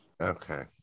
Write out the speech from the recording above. Okay